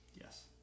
Yes